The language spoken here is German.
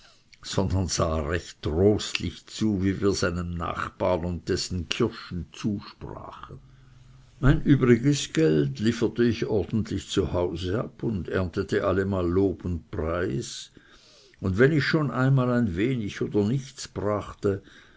sondern sah recht trostlich zu wie wir seinem nachbar und dessen kirschen zusprachen mein übriges geld lieferte ich ordentlich zu hause ab und erntete allemal lob und preis und wenn ich schon einmal wenig oder nichts brachte